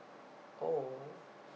oh